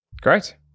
Great